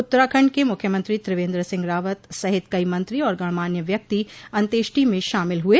उत्तराखंड के मुख्यमंत्री त्रिवेन्द्र सिंह रावत सहित कई मंत्री और गणमान्य व्यक्ति अन्त्येष्ठि में शामिल हुए